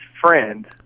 friend